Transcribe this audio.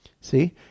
See